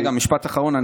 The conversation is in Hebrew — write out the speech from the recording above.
רגע, משפט אחרון.